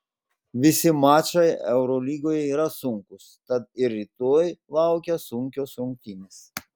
visi mačai eurolygoje yra sunkūs tad ir rytoj laukia sunkios rungtynės